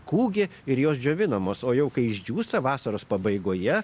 kūgį ir jos džiovinamos o jau kai išdžiūsta vasaros pabaigoje